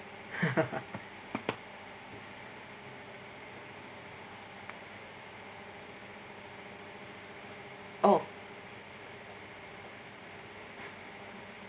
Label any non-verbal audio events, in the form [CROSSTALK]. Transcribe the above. [LAUGHS] oh